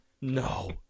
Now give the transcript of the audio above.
No